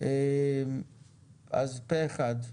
פה אחד.